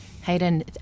Hayden